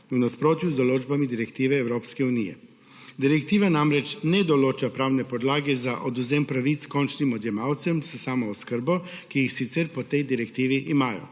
v nasprotju z določbami direktive Evropske unije. Direktiva namreč ne določa pravne podlage za odvzem pravic končnim odjemalcem s samooskrbo, ki jih sicer po tej direktivi imajo.